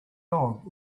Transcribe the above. dog